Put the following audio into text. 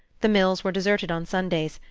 the mills were deserted on sundays,